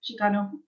Chicano